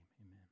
amen